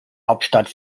hauptstadt